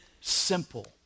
simple